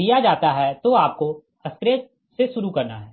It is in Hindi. दिया जाता है तो आपको शून्य से शुरू करना है